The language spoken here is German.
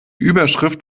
überschrift